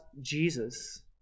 Jesus